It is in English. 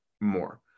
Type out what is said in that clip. more